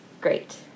great